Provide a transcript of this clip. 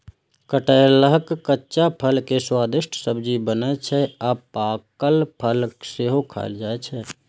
कटहलक कच्चा फल के स्वादिष्ट सब्जी बनै छै आ पाकल फल सेहो खायल जाइ छै